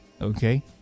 Okay